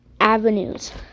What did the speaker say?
Avenues